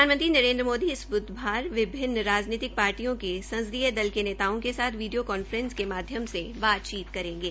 प्रधानमंत्री नरेन्द्र मोदी इस बुधवार विभिन्न पार्टियों के संसदीय दल के नेताओं के साथ वीडियो कांफ्रेस के माध्यम से बातचीत करेंगे